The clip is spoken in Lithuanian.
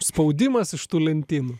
spaudimas iš tų lentynų